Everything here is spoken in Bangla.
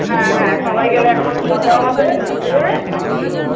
হ্যাঁ হ্যাঁ সবাই গেলে একটা মজাও হবে ঘুরিয়ে